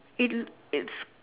it it's